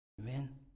Amen